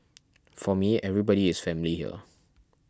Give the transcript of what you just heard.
for me everybody is family here